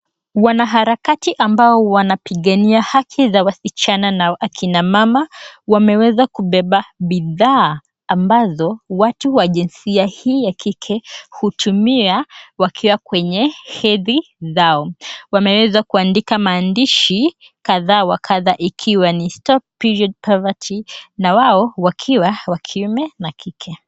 Wanaharakati ambao wanapigania haki za wasichana na akina mama wameweza kubeba bidhaa ambazo watu wa jinsia hii ya kike hutumia wakiwa kwenye hedhi zao. Wameweza kuandika maandishi kadha wa kadha ikiwa ni STOP PERIOD POVERTY na wao wakiwa wa kiume na kike.